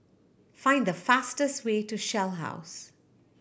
find the fastest way to Shell House